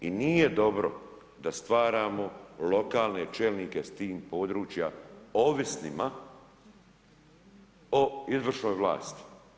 I nije dobro da stvaramo lokalne čelnike s tih područja ovisnima o izvršnoj vlasti.